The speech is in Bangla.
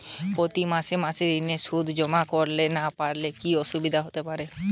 প্রতি মাসে মাসে ঋণের সুদ জমা করতে না পারলে কি অসুবিধা হতে পারে?